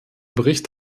bericht